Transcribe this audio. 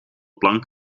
plank